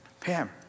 Pam